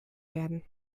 werden